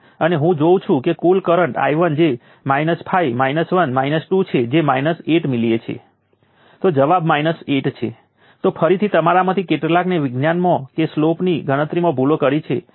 તેથી હું તમને સર્કિટમાં શું ચાલી રહ્યું છે તેનો ખ્યાલ મેળવવા માટે ઓછામાં ઓછા કેટલાક કિસ્સાઓમાં વેવફોર્મ સ્વરૂપો દોરવા માટે ભારપૂર્વક પ્રોત્સાહિત કરું છું